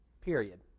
period